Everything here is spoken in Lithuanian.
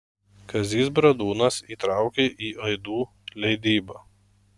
kazys bradūnas įtraukė į aidų leidybą